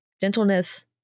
gentleness